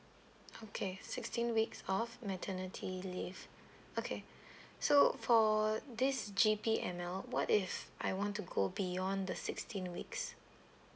okay sixteen weeks of maternity leave okay so for this G_P_M_L what if I want to go beyond the sixteen weeks